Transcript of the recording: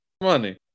Money